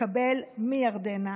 לקבל מירדנה,